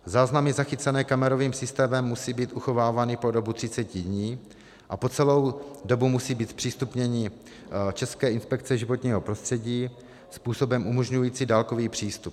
Záznamy zachycené kamerovým systémem musí být uchovávány po dobu třiceti dní a po celou dobu musí být zpřístupněny České inspekci životního prostředí způsobem umožňujícím dálkový přístup.